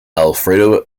alfredo